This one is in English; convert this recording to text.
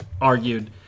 argued